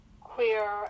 queer